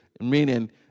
meaning